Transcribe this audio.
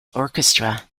orchestra